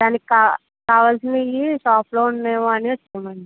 దానికి కావా కావలసినవి షాప్లో ఉన్నాయేమో అని వచ్చామండి